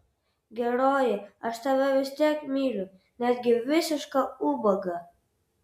geroji aš tave vis tiek myliu netgi visišką ubagą